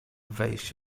wejść